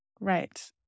Right